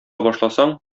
башласаң